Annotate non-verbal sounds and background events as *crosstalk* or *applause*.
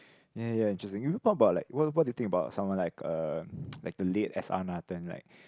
ya ya just you what about like what what do you think about someone like uh *breath* like the late S_R-Nathan like